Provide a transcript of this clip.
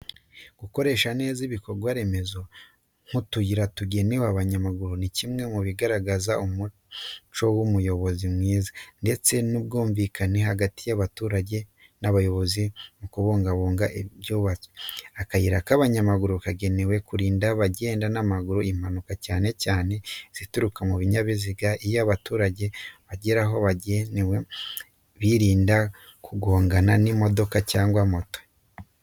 Gukoresha neza ibikorwa remezo nk’utuyira tugenewe abanyamaguru ni kimwe mu bigaragaza umuco w’ubuyobozi bwiza, ndetse n’ubwumvikane hagati y’abaturage n’abayobozi mu kubungabunga ibyubatswe. Akayira k'abanyamaguru kagenewe kurinda abagenda n’amaguru impanuka, cyane cyane izituruka ku binyabiziga. Iyo abantu bagendera aho bagenewe, birinda kugongana n’imodoka cyangwa moto.